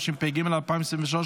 התשפ"ג 2023,